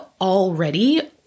already